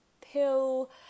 pill